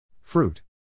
Fruit